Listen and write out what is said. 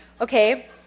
okay